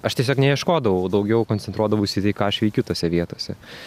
aš tiesiog neieškodavau daugiau koncentruodavausi į tai ką aš veikiu tose vietose